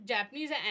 Japanese